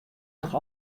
noch